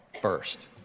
first